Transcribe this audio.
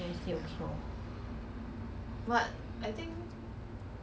then !huh! that time we got how many ah